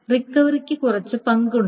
റിക്കവറിക്ക് കുറച്ച് പങ്കുണ്ട്